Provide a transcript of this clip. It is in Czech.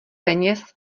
peněz